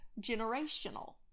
generational